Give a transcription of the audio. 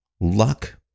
luck